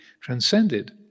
transcended